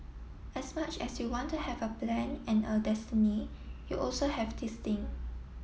as much as you want to have a plan and a destiny you also have this thing